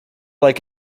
like